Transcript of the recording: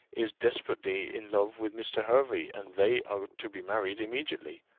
is desperately in love with mr. hervey, and they are to be married immediately.